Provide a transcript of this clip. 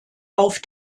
auf